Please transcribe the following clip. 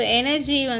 energy